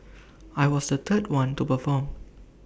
I was the third one to perform